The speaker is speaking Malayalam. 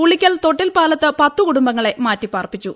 ഉളിയ്ക്കൽ തൊട്ടിൽപ്പാലത്ത് പത്തു കുടുംബങ്ങളെ മാറ്റിപാർപ്പിച്ചു